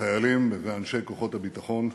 חיילים ואנשי כוחות הביטחון,